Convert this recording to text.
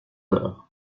heures